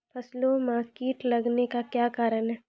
फसलो मे कीट लगने का क्या कारण है?